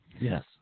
Yes